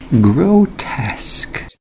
Grotesque